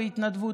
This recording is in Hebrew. בהתנדבות,